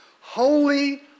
holy